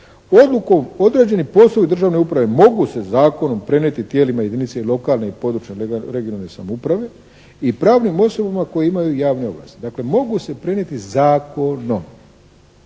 Odlukom određeni poslovi državne uprave mogu se zakonom prenijeti tijelima jedinice i lokalne i područne regionalne samouprave i pravnim osobama koje imaju javne ovlasti. Dakle, mogu se prenijeti zakonom.